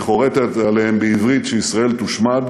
והיא חורטת עליהם בעברית שישראל תושמד.